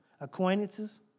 acquaintances